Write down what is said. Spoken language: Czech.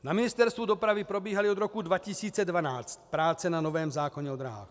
Na Ministerstvu dopravy probíhaly od roku 2012 práce na novém zákoně o dráhách.